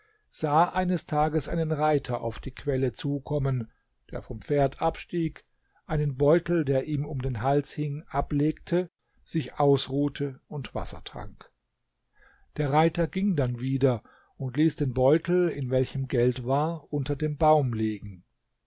sah eines tages einen reiter auf die quelle zukommen der vom pferd abstieg einen beutel der ihm um den hals hing ablegte sich ausruhte und wasser trank der reiter ging dann wieder und ließ den beutel in weichem geld war unter dem baum liegen